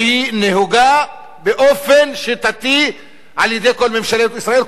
בעיית האפליה שהיא נהוגה באופן שיטתי על-ידי כל ממשלות ישראל,